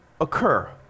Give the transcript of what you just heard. occur